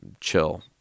chill